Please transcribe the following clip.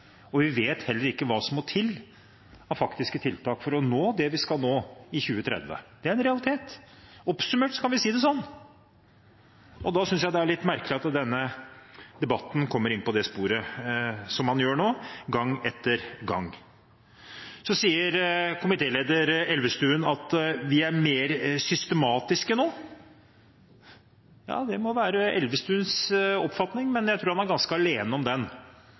være. Vi vet heller ikke hva som må til av faktiske tiltak for å nå det vi skal i 2030. Det er en realitet. Oppsummert kan vi si det sånn. Da synes jeg det er litt merkelig at denne debatten kommer inn på det sporet den gjør nå, gang etter gang. Komitéleder Elvestuen sier at de er mer systematiske nå. Ja, det må være Elvestuens oppfatning, men jeg tror han er ganske alene om den.